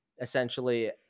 essentially